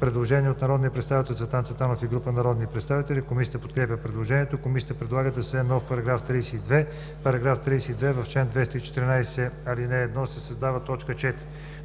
Предложение от народния представител Цветан Цветанов и група народни представители. Комисията подкрепя предложението. Комисията предлага да се създаде нов § 32: „§ 32. В чл. 214, ал. 1 се създава т. 4: